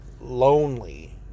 lonely